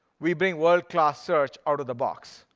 we bring world class search out of the box,